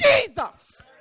Jesus